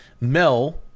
Mel